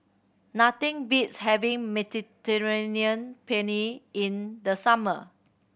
nothing beats having Mediterranean Penne in the summer